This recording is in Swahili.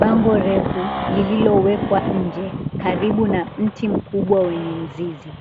Bango refu lililowekwa nje karibu na mti mkubwa wenye mzizi.